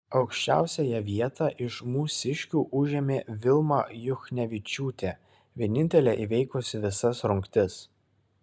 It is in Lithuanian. aukščiausiąją vietą iš mūsiškių užėmė vilma juchnevičiūtė vienintelė įveikusi visas rungtis